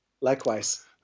likewise